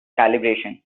calibration